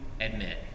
admit